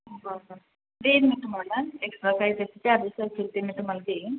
हो हो देईन मी तुम्हाला एक्स्ट्रॉ काही त्याचे चार्जेस असतील ते मी तुम्हाला देईन